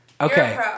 okay